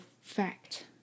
fact